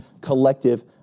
collective